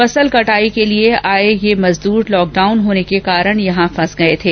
फसल कटाई के लिए आये ये मजदूर लॉकडाउन होने के कारण यहां फंस गये थे